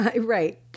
right